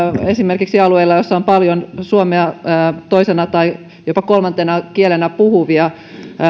esimerkiksi alueilla joilla on paljon suomea toisena tai jopa kolmantena kielenä puhuvia